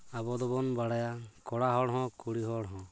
ᱟᱵᱚ ᱫᱚᱵᱚᱱ ᱵᱟᱲᱟᱭᱟ ᱠᱚᱲᱟ ᱦᱚᱲ ᱦᱚᱸ ᱠᱩᱲᱤ ᱦᱚᱲ ᱦᱚᱸ